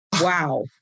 Wow